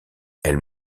elle